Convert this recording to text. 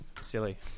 silly